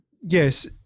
Yes